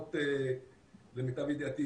לפחות למיטב ידיעתי,